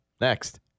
Next